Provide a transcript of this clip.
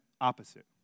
opposite